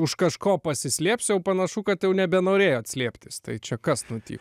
už kažko pasislėpsi o panašu kad jau nebenorėjot slėptis tai čia kas nutik